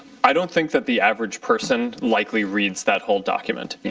i don't think that the average person likely reads that whole document.